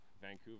Vancouver